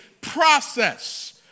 process